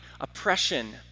oppression